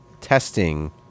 testing